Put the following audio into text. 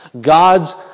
God's